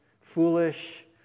foolish